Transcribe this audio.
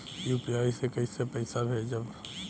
UPI से कईसे पैसा भेजब?